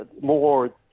more